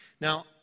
Now